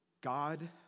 God